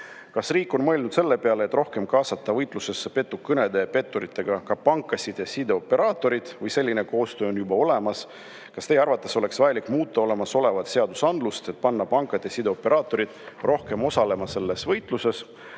Kas riik on mõelnud selle peale, et rohkem kaasata võitlusesse petukõnede ja petturitega ka pankasid ja sideoperaatoreid? Või on selline koostöö juba olemas? Kas teie arvates oleks vajalik muuta olemasolevat seadusandlust, et panna pankade sideoperaatorid rohkem osalema selles võitluses?